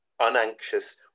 unanxious